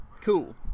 cool